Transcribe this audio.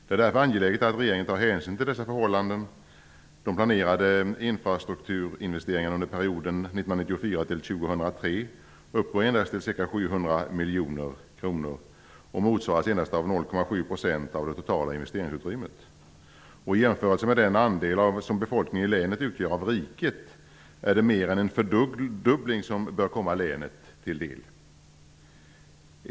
Det är därför angeläget att regeringen tar hänsyn till dessa förhållanden. De planerade infrastrukturinvesteringarna under perioden 1994--2003 uppgår endast till ca 700 av det totala investeringsutrymmet. I jämförelese med den andel som befolkningen i länet utgör av riket bör mer än en fördubbling komma länet till del.